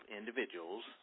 individuals